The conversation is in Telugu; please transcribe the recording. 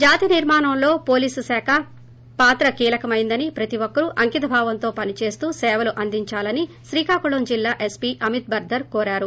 జాతి నిర్మాణంలో పోలీస్ శాఖ పాత్ర కీలకమని ప్రతీ ఒక్కరూ అంకితభావంతో పనిచేస్తూ సేవలు అందిందాలని శ్రీకాకుళం జిల్లా ఎస్పీ అమిత్ బర్గర్ కోరారు